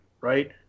right